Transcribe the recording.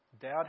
dad